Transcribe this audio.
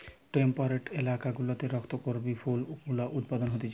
temperate এলাকা গুলাতে রক্ত করবি ফুল গুলা উৎপাদন হতিছে